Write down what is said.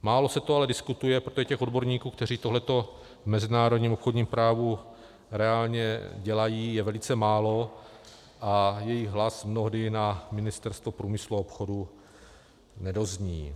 Málo se to ale diskutuje, protože těch odborníků, kteří tohleto v mezinárodním obchodním právu reálně dělají, je velice málo a jejich hlas mnohdy na Ministerstvo průmyslu a obchodu nedozní.